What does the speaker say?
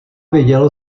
věděl